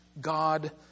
God